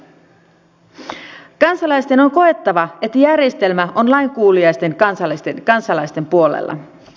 kansalaisten on koettava että järjestelmä on lainkuuliaisten kansalaisten puolella